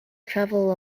travel